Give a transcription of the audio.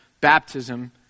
baptism